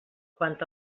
quant